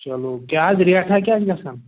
چلو ریٹا کیاہ حظ گژھان